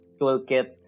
toolkit